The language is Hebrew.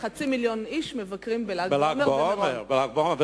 חצי מיליון איש מבקרים בל"ג בעומר במירון.